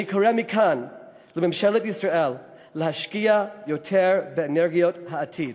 אני קורא מכאן לממשלת ישראל להשקיע יותר באנרגיות העתיד,